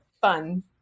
fun